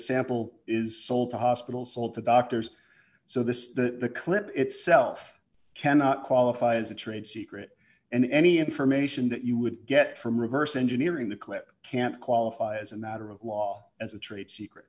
sample is sold to hospitals all to doctors so this is the clip itself cannot qualify as a trade secret and any information that you would get from reverse engineering the clip can't qualify as a matter of law as a trade secret